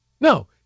No